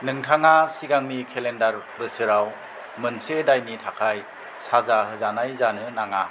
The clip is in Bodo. नोंथाङा सिगांनि केलेन्डार बोसोराव मोनसे दायनि थाखाय साजा होजानाय जानो नाङा